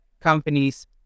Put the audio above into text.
companies